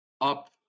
up